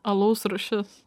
alaus rūšis